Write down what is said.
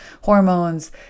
hormones